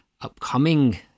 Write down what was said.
upcoming